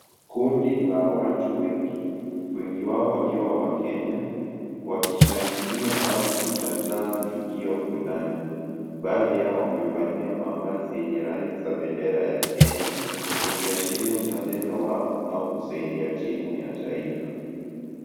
Kundi la watu wengi, wengi wao wakiwa wakenya, wakishangilia au kutazama tukio fulani. Baadhi yao wamevalia mavazi yenye rangi za bendera ya Kenya, ikiashiria uzalendo wao au kusaidia timu ya taifa.